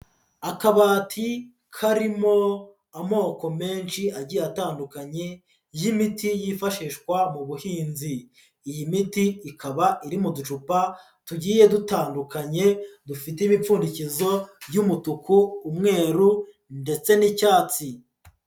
Akabati karimo amoko menshi agiye atandukanye y'imiti yifashishwa mu buhinzi, iyi miti ikaba iri mu ducupa tugiye dutandukanye, dufite ibipfundikizo by'umutuku, umweru, ndetse n'icyatsi.